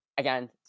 Again